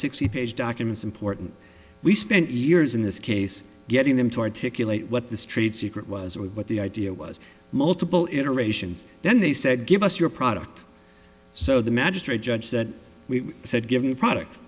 sixty page documents important we spent years in this case getting them to articulate what this trade secret was or what the idea was multiple iterations then they said give us your product so the magistrate judge that we said give you a product